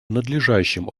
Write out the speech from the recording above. надлежащим